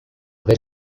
ver